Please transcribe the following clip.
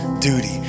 duty